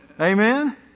Amen